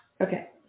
Okay